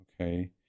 okay